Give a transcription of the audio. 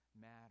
matter